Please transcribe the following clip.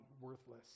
worthless